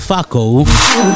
Faco